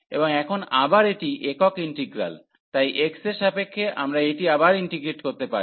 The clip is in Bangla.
এবং এখন আবার এটি একক ইন্টিগ্রাল তাই x এর সাপেক্ষে আমরা এটি আবার ইন্টিগ্রেট করতে পারি